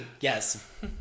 Yes